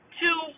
two